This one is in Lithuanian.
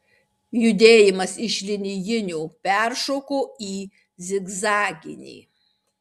judėjimas iš linijinio peršoko į zigzaginį